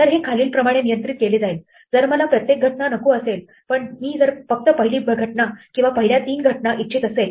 तर हे खालील प्रमाणे नियंत्रित केले जाईल जर मला प्रत्येक घटना नको असेल पण मी जर फक्त पहिली घटना किंवा पहिल्या तीन घटना इच्छित असेल